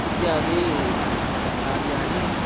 इत्यादीनि कार्याणि